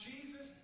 Jesus